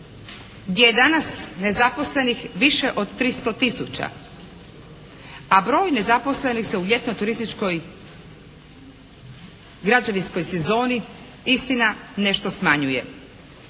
gdje je danas nezaposlenih više od 300 tisuća, a broj nezaposlenih se u ljetnoj turističkoj građevinskoj sezoni istina nešto smanjuje.